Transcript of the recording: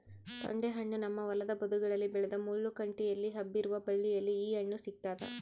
ತೊಂಡೆಹಣ್ಣು ನಮ್ಮ ಹೊಲದ ಬದುಗಳಲ್ಲಿ ಬೆಳೆದ ಮುಳ್ಳು ಕಂಟಿಯಲ್ಲಿ ಹಬ್ಬಿರುವ ಬಳ್ಳಿಯಲ್ಲಿ ಈ ಹಣ್ಣು ಸಿಗ್ತಾದ